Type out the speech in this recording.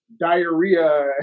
diarrhea